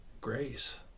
grace